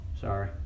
sorry